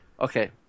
Okay